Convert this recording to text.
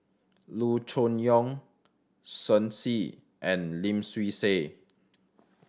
Loo Choon Yong Shen Xi and Lim Swee Say